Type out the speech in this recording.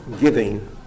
giving